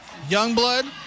Youngblood